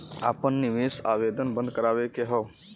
आपन निवेश आवेदन बन्द करावे के हौ?